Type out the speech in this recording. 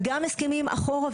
וגם הסכמים אחורה,